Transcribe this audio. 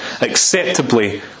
acceptably